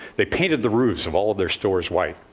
they painted the roofs of all their stores white.